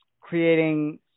creating